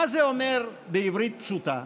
מה זה אומר בעברית פשוטה?